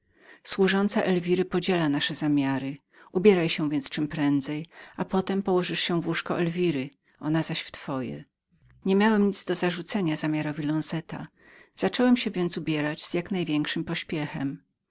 służąca elwiry podziela nasze zamiary ubieraj się więc czemprędzej i potem położysz się w łóżku elwiry ona zaś w twojem nie miałem nic do zarzucenia zamiarowi lonzeta zacząłem się więc ubierać z jak największym pośpiechem